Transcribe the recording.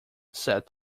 said